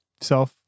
self